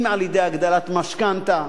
אם על-ידי הגדלת משכנתה.